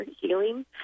healing